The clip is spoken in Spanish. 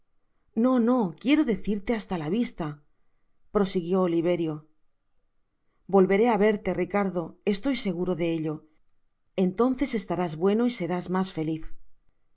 no no quiero decirte hasta la vista prosiguió oliverio volveré á verte ricardo estoy seguro de ello entonces estarás bueno y serás mas feliz